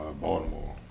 Baltimore